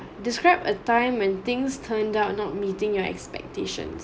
describe a time when things turned out not meeting your expectations